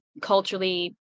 culturally